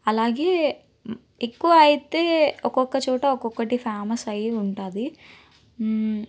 అలాగే ఎక్కువైతే ఒక్కొక చోట ఒక్కక్కటి ఫేమస్ అయ్యి ఉంటుంది